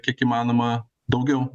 kiek įmanoma daugiau